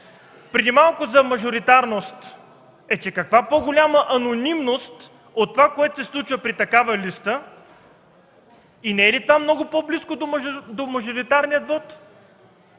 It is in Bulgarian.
преди малко за мажоритарност. Е, каква по-голяма анонимност от това, което се случва при такава листа? И не е ли това много по-близко до мажоритарния вот?